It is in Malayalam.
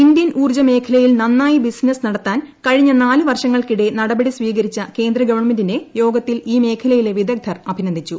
ഇന്ത്യൻ ഊർജ്ജ മേഖലയിൽ നന്നായി ബിസിനസ് നടത്താൻ കഴിഞ്ഞ നാല് വർഷങ്ങൾക്കിടെ നടപടി സ്വീകരിച്ച കേന്ദ്രഗവൺമെന്റിനെ യോഗത്തിൽ ഈ മേഖലയിലെ വിദഗ്ധർ അഭിനന്ദിച്ചു